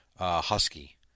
husky